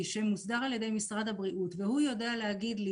שמוסדר על ידי משרד הבריאות והוא יודע להגיד לי